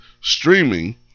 streaming